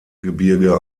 gebirge